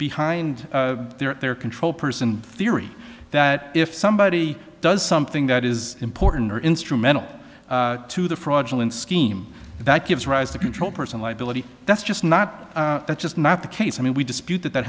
behind their control theory that if somebody does something that is important or instrumental to the fraudulent scheme that gives rise to control person liability that's just not that's just not the case i mean we dispute that that